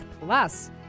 Plus